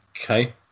okay